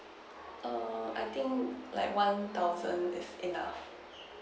err I think like one thousand is enough